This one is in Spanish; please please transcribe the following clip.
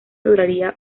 duraría